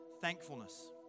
thankfulness